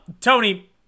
tony